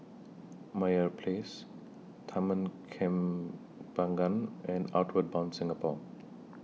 Meyer Place Taman Kembangan and Outward Bound Singapore